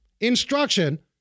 instruction